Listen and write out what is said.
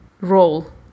role